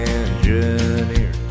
engineer